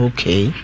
Okay